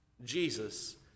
Jesus